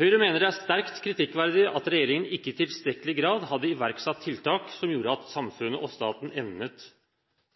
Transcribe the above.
Høyre mener det er sterkt kritikkverdig at regjeringen ikke i tilstrekkelig grad hadde iverksatt tiltak som gjorde at samfunnet og staten evnet